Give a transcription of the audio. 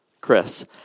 Chris